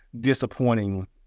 disappointing